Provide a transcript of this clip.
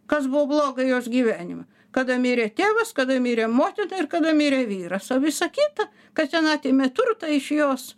kas buvo bloga jos gyvenime kada mirė tėvas kada mirė motina ir kada mirė vyras o visa kita kad ten atėmė turtą iš jos